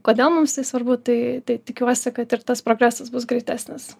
kodėl mums tai svarbu tai tai tikiuosi kad ir tas progresas bus greitesnis